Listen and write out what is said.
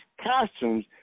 costumes